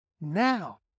now